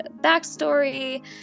backstory